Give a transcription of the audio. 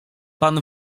pan